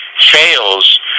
fails